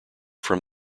from